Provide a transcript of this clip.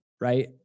right